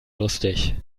lustig